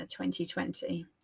2020